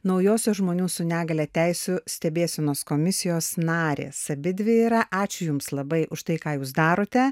naujosios žmonių su negalia teisių stebėsenos komisijos narės abidvi yra ačiū jums labai už tai ką jūs darote